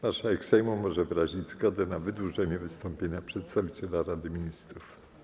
Marszałek Sejmu może wyrazić zgodę na wydłużenie wystąpienia przedstawiciela Rady Ministrów.